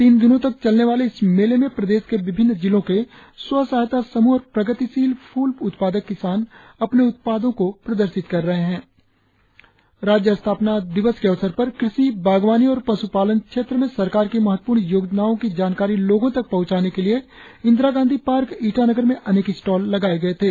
तीन दिनों तक चलने वाले इस मेले में प्रदेश के विभिन्न जिलों के स्व सहायता समूह और प्रगतिशील फूल उत्पादक किसान अपने उत्पादों को प्रदर्शित कर रहे है राज्य स्थापना दिवस के अवसर पर कृषि बागवानी और पश्रपालन क्षेत्र में सरकार की महत्वपूर्ण योजनाओं की जानकारी लोगों तक पहुंचाने के लिए इंदिरा गांधी पार्क ईटानगर में अनेक स्टॉल लगाएं गए थे